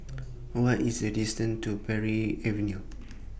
What IS The distance to Parry Avenue